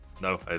no